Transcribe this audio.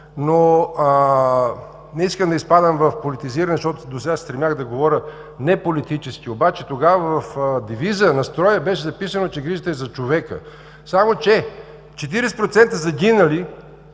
Не искам да изпадам в политизиране, защото досега се стремях да говоря неполитически, обаче тогава в девиза на строя беше записано, че грижата е за човека. Само че 40% загинали